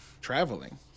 traveling